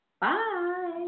bye